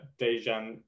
Dejan